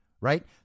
right